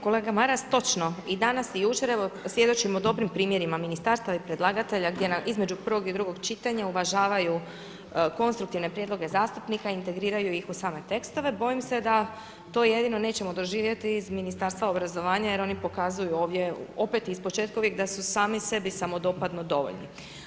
Kolega Maras, točno i danas i jučer evo svjedočimo dobrim primjerima ministarstava i predlagatelja gdje između prvog i drugog čitanja uvažavaju konstruktivne prijedloge zastupnika, integriraju ih u same tekstove, bojim se da to jedino nećemo doživjeti iz Ministarstva obrazovanja jer oni pokazuju ovdje opet ispočetka uvijek da su sami sebi samodopadno dovoljni.